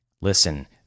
Listen